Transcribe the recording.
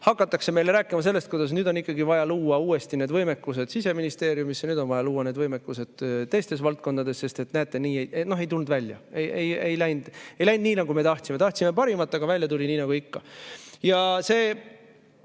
hakatakse meile rääkima sellest, kuidas nüüd on vaja luua uuesti need võimekused Siseministeeriumis, nüüd on vaja luua need võimekused teistes valdkondades, sest et näete, ei tulnud välja, ei läinud nii, nagu me tahtsime. Tahtsime parimat, aga välja tuli nii nagu ikka. Noh, see